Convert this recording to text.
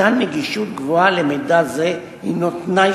מתן נגישות גבוהה למידע זה הינו תנאי